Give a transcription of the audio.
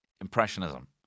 impressionism